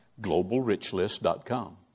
Globalrichlist.com